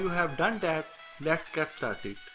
have done that lets get started.